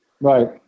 Right